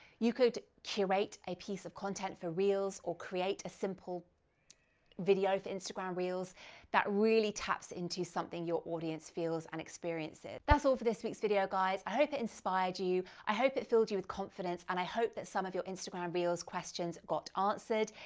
you could curate a piece of content for reels or create a simple video for instagram reels that really taps into something your audience feels and experiences. that's all for this week's video, guys. i hope it inspired you. i hope it filled you with confidence, and i hope that some of your instagram reels questions got answered.